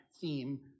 theme